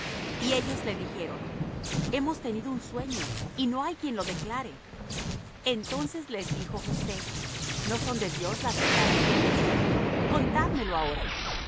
y ellos le dijeron hemos tenido un sueño y no hay quien lo declare entonces les dijo josé no son de dios las declaraciones contádmelo ahora